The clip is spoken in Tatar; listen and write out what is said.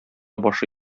башы